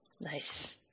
Nice